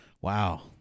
Wow